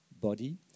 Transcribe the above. body